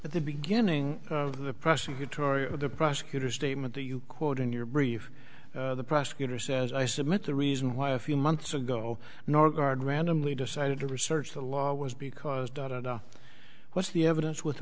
at the beginning of the prosecutorial the prosecutor's statement to you quote in your brief the prosecutor says i submit the reason why a few months ago norgaard randomly decided to research the law was because what's the evidence with